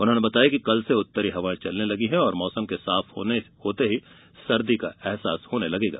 उन्होंने बताया कि कल से उत्तरी हवाएं चलने लगी है और मौसम के साफ होते ही सर्दी का अहसास होगा